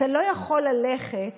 אתה לא יכול ללכת